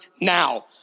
now